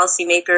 policymakers